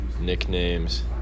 Nicknames